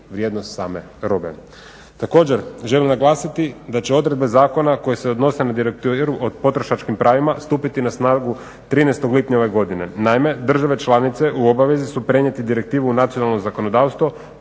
vrijednost same robe. Također, želim naglasiti da će odredbe zakona koje se odnose na … o potrošačkim pravima stupiti na snagu 13. lipnja ove godine. Naime, države članice u obavezi su prenijeti direktivu Nacionalnom zakonodavstvu